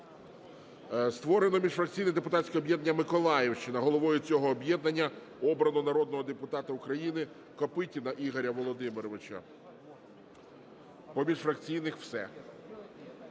Створено міжфракційне депутатське об'єднання "Миколаївщина". Головою цього об'єднання обрано народного депутата України Копитіна Ігоря Володимировича. По міжфракційних все.